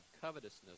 covetousness